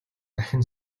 дахин